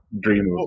dream